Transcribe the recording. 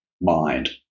mind